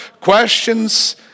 questions